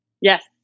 Yes